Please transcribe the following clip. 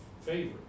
favor